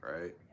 Right